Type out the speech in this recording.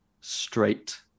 straight